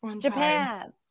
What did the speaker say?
Japan